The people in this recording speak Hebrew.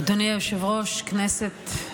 אדוני היושב-ראש, כנסת,